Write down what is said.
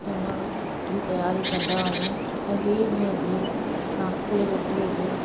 सुम्हण जी तयारी कंदा आहियूं ऐं ॿिए ॾींहं जी नाश्ते रोटीअ जो